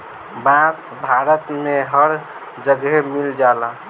बांस भारत में हर जगे मिल जाला